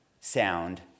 sound